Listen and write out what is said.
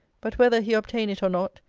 but whether he obtain it or not,